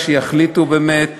שיחליטו באמת